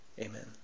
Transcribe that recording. Amen